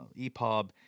ePub